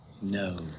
No